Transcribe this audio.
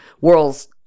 world's